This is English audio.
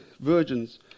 Virgins